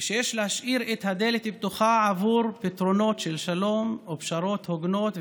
ושיש להשאיר את הדלת פתוחה עבור פתרונות של שלום או פשרות הוגנות,